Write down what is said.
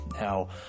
Now